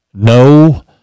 No